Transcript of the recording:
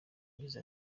yagize